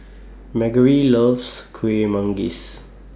Margery loves Kuih Manggis